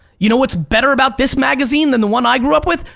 you know what's better about this magazine than the one i grew up with?